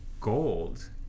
gold